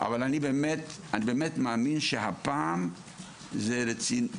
אבל אני באמת מאמין שהפעם זה רציני.